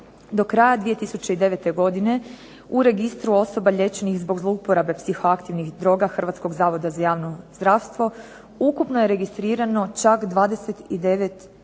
Do kraja 2009. godine u registru osoba liječenih zbog zlouporabe psiho aktivnih droga Hrvatskog zavoda za javno zdravstvo ukupno je registrirano čak 29120